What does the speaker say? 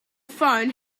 phone